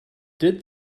did